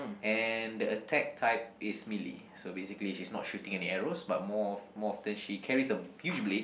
and the attack type is Melee so basically she's not shooting any arrows but more of more often she carries a huge blade